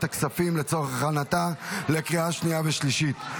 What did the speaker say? הכספים לצורך הכנתה לקריאה שנייה ושלישית.